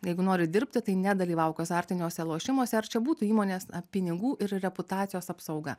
jeigu nori dirbti tai nedalyvauk azartiniuose lošimuose ar čia būtų įmonės pinigų ir reputacijos apsauga